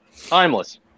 Timeless